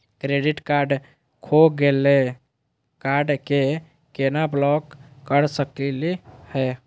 Credit card खो गैली, card क केना ब्लॉक कर सकली हे?